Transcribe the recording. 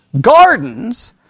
gardens